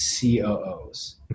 COOs